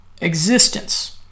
existence